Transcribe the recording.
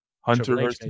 hunter